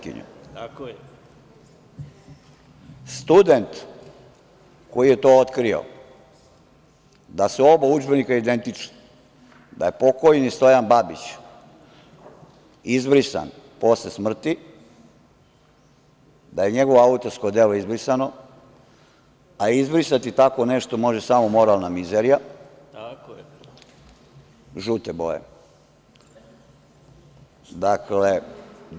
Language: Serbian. Student je to otkrio da su oba udžbenika identična, da je pokojni Stojan Babić izbrisan posle smrti, da je njegovo autorsko delo izbrisano, a izbrisati tako nešto može samo moralna mizerija žute boje.